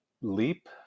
leap